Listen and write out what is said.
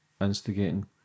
instigating